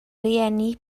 rieni